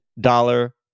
dollar